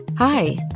Hi